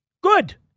Good